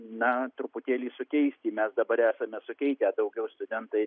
na truputėlį sukeisti mes dabar esame sukeikę daugiau studentai